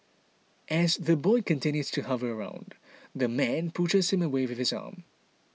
as the boy continues to hover around the man pushes him away with his arm